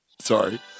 sorry